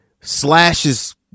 slashes